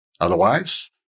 Otherwise